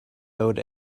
owed